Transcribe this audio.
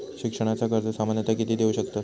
शिक्षणाचा कर्ज सामन्यता किती देऊ शकतत?